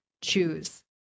choose